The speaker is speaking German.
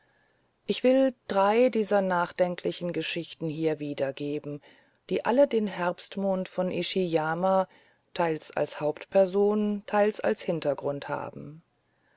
ich will drei dieser nachdenklichen geschichten hier wiedererzählen die alle den herbstmond von ishiyama teils als hauptperson teils als hintergrund haben